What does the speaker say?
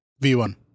V1